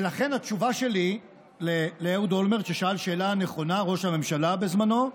לכן התשובה שלי לאהוד אולמרט, ראש הממשלה בזמנו,